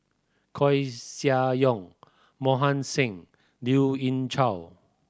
Koeh Sia Yong Mohan Singh Lien Ying Chow